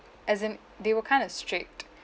as in they were kind of strict